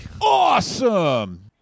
Awesome